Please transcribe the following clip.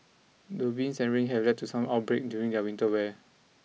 the winds and rain here have led some to break out their winter wear